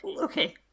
Okay